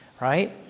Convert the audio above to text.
right